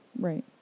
Right